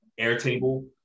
Airtable